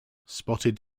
spotted